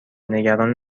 نگران